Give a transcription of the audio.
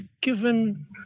given